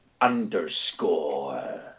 underscore